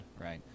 right